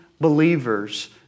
believers